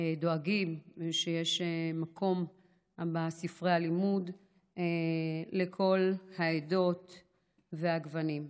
דואגים שיש מקום בספרי הלימוד לכל העדות והגוונים.